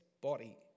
body